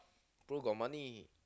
pro got money